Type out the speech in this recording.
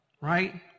Right